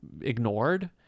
ignored